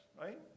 right